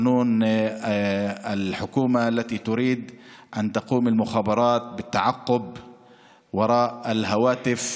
חוק של ממשלה שרוצה שהשב"כ יאכן את הטלפונים,